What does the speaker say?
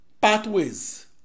pathways